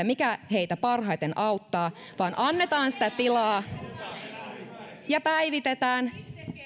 mikä heitä parhaiten auttaa vaan annetaan sitä tilaa ja päivitetään